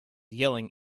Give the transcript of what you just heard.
yelling